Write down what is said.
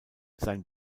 sein